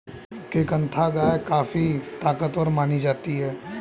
केंकथा गाय काफी ताकतवर मानी जाती है